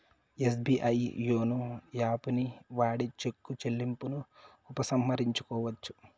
SBI YONO యాపుని వాడి చెక్కు చెల్లింపును ఉపసంహరించుకోవచ్చు